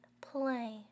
Play